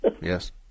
yes